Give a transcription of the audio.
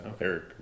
Eric